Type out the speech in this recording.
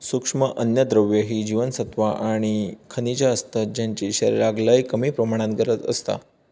सूक्ष्म अन्नद्रव्य ही जीवनसत्वा आणि खनिजा असतत ज्यांची शरीराक लय कमी प्रमाणात गरज असता